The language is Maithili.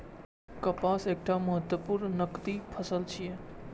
कपास एकटा महत्वपूर्ण नकदी फसल छियै